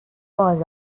باز